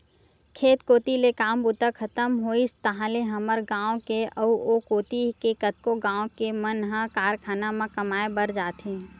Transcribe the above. खेत कोती ले काम बूता खतम होइस ताहले हमर गाँव के अउ ओ कोती के कतको गाँव के मन ह कारखाना म कमाए बर जाथे